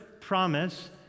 promise